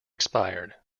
expired